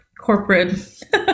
corporate